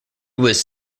was